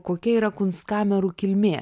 kokia yra kunstkamerų kilmė